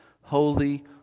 holy